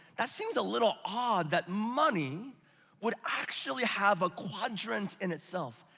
that seems a little odd that money would actually have a quadrant in itself.